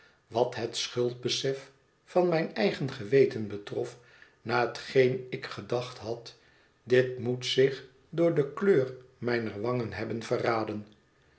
wat het schuldbesef van mijn eigen geweten betrof na hetgeen ik gedacht had dit moet zich door de kleur mijner wangen hebben verraden